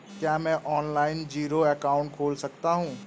क्या मैं online zero account खोल सकता हूँ?